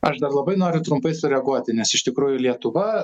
aš dar labai noriu trumpai sureaguoti nes iš tikrųjų lietuva